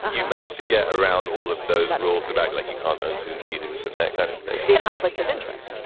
ah you managed to get around all of those rules about like you can't own two teams in that kind of yeah conflict of interest.